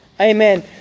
Amen